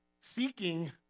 seeking